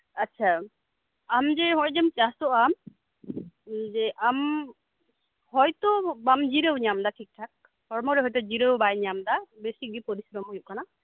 ᱟᱪᱷᱟ ᱟᱢᱡᱮ ᱱᱚᱜᱚᱭᱡᱮᱢ ᱪᱟᱥᱚᱜ ᱟᱢ ᱡᱮ ᱟᱢ ᱦᱚᱭᱛᱚ ᱵᱟᱢ ᱡᱤᱨᱟᱹᱣ ᱧᱟᱢᱫᱟ ᱴᱷᱤᱠ ᱴᱷᱟᱠ ᱦᱚᱲᱢᱚᱨᱮ ᱦᱚᱭᱛᱚ ᱡᱤᱨᱟᱹᱣ ᱵᱟᱭᱧᱟᱢᱫᱟ ᱵᱮᱥᱤᱜᱤ ᱯᱚᱨᱤᱥᱨᱚᱢ ᱦᱩᱭᱩᱜ ᱠᱟᱱᱟ